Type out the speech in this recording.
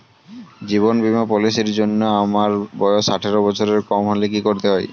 জীবন বীমা পলিসি র জন্যে আমার বয়স আঠারো বছরের কম হলে কি করতে হয়?